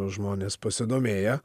žmonės pasidomėję